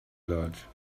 large